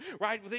Right